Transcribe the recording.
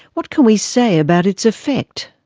what can we say about its effect?